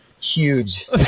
huge